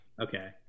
Okay